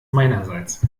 meinerseits